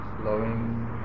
Flowing